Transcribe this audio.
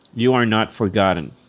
you are not forgotten,